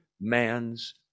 man's